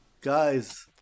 guys